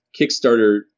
Kickstarter